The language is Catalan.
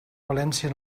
valència